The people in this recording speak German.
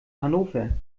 hannover